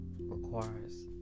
requires